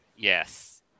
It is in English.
Yes